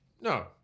No